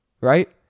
Right